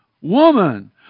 Woman